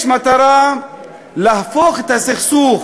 יש מטרה לקחת את הסכסוך